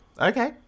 Okay